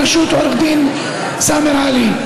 בראשות עו"ד סאמר עלי.